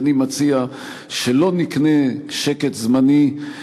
אז אני מציע שלא נקנה שקט זמני,